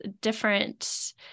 different